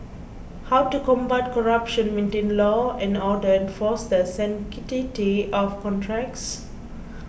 how to combat corruption maintain law and order enforce the sanctity of contracts